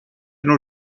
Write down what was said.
nos